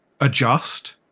adjust